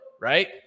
right